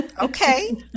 okay